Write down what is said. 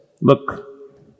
look